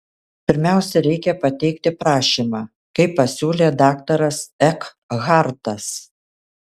pirmiausia reikia pateikti prašymą kaip pasiūlė daktaras ekhartas